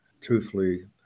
truthfully